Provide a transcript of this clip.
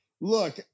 Look